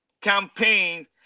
campaigns